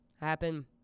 happen